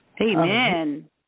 Amen